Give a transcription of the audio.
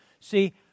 See